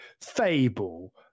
Fable